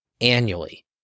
annually